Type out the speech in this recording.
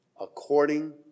according